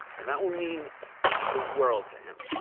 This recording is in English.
and that would mean the world to him.